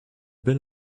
been